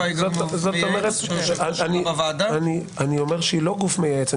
אני אומר שהוועדה היא לא גוף מייעץ.